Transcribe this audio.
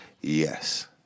Yes